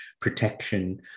protection